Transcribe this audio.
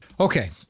Okay